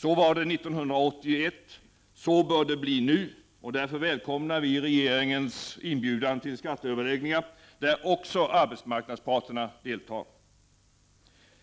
Så var det 1981, så bör det bli nu. Därför välkomnar vi regeringens inbjudan till skatteöverläggningar, där också arbetsmarknadsparterna deltar.